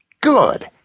Good